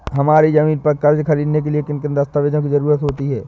हमारी ज़मीन पर कर्ज ख़रीदने के लिए किन किन दस्तावेजों की जरूरत होती है?